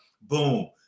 boom